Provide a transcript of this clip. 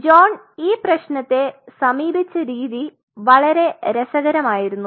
John ഈ പ്രശ്നത്തെ സമീപിച്ച രീതി വളരെ രസകരമായിരുന്നു